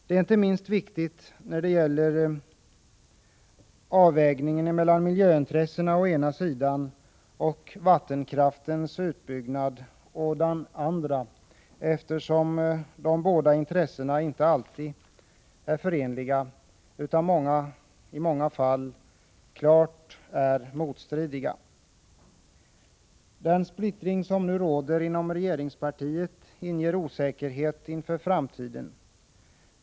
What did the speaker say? Det är inte minst viktigt när det gäller avvägningen mellan miljöintressena å ena sidan och vattenkraftens utbyggnad å den andra sidan, eftersom de båda intressena inte alltid är förenliga utan i många fall är klart motstridiga. Den splittring som nu råder inom regeringspartiet inger osäkerhet inför framtiden.